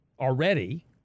already